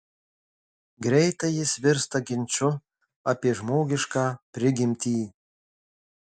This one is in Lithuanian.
greitai jis virsta ginču apie žmogišką prigimtį